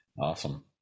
awesome